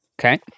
Okay